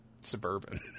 Suburban